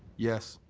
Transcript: yes.